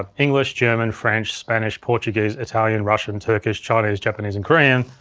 ah english, german, french, spanish, portuguese, italian, russian, turkish, chinese, japanese, and korean.